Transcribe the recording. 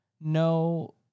no